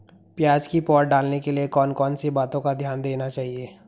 प्याज़ की पौध डालने के लिए कौन कौन सी बातों का ध्यान देना चाहिए?